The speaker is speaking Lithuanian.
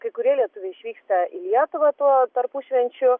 kai kurie lietuviai išvyksta į lietuvą tuo tarpušvenčiu